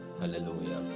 Hallelujah